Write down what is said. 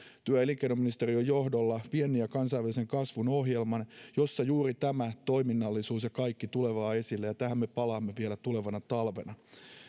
työ ja elinkeinoministeriön johdolla viennin ja kansainvälisen kasvun ohjelman jossa juuri tämä toiminnallisuus ja kaikki tulevat esille ja tähän me palaamme vielä tulevana talvena